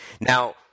Now